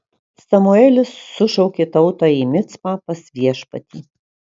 samuelis sušaukė tautą į micpą pas viešpatį